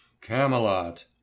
Camelot